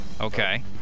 Okay